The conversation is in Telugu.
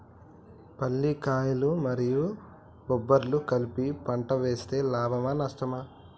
పల్లికాయలు మరియు బబ్బర్లు కలిపి పంట వేస్తే లాభమా? నష్టమా?